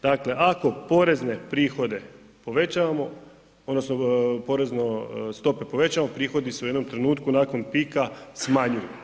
Dakle ako porezne prihode povećavamo, odnosno porezno, stope povećavamo, prihodi su u jednom trenutku nakon pika smanjuju.